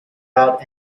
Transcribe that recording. out